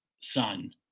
son